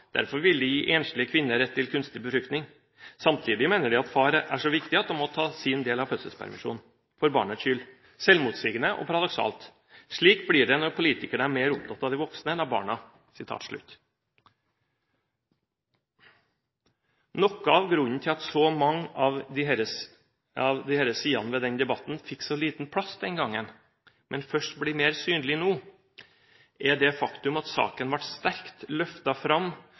derfor vil de gi enslige kvinner rett til kunstig befruktning. Samtidig mener de at far er så viktig at han må ta sin del av fødselspermisjonen – for barnets skyld. Selvmotsigende og paradoksalt. Slik blir det når politikerne er mer opptatt av de voksne enn av barna.» Noe av grunnen til at så mange av disse sidene ved denne debatten fikk så liten plass den gangen, men først blir mer synlig nå, er det faktum at saken ble sterkt løftet fram